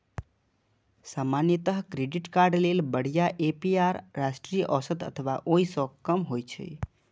सामान्यतः credit card लेल बढ़िया ए.पी.आर राष्ट्रीय औसत अथवा ओइ सं कम होइ छै